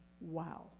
wow